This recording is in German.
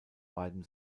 beiden